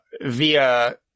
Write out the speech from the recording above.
via